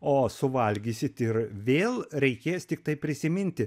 o suvalgysit ir vėl reikės tiktai prisiminti